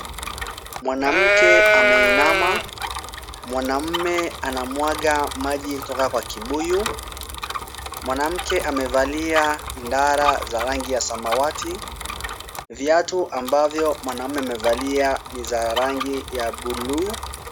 Mwanamke ameinama, mwanamume anamwaga maji kutoka kwa kibuyu. Mwanamke amevalia ndara za rangi ya samawati. Viatu ambavyo mwanaume amevalia ni vya rangi ya bluu.